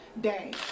Day